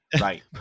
right